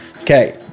Okay